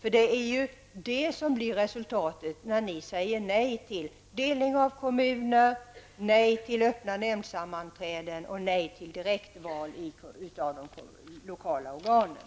Så tolkar man det när ni säger nej till delning av kommuner, nej till öppna nämndsammanträden och nej till direktval av representanter i de kommunala organen.